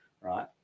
right